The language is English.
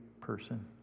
person